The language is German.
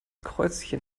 kreuzchen